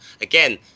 again